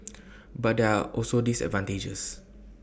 but there are also disadvantages